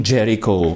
Jericho